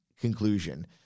conclusion